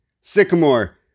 Sycamore